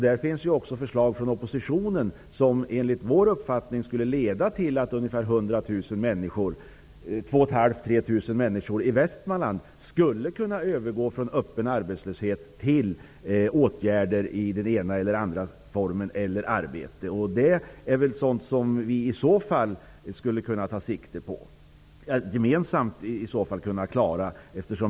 Det finns förslag från oppositionen som enligt vår uppfattning skulle leda till att ungefär 100 000 Västmanland, skulle kunna övergå från öppen arbetslöshet till någon form av åtgärd eller reguljärt arbete. Det är sådant som vi gemensamt skulle kunna ta sikte på.